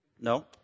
No